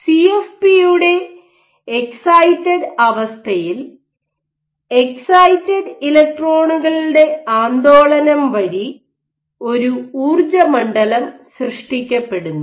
സിഎഫ്പിയുടെ excited അവസ്ഥയിൽ excited ഇലക്ട്രോണുകളുടെ ആന്ദോളനം വഴി ഒരു ഊർജ്ജമണ്ഡലം സൃഷ്ടിക്കപ്പെടുന്നു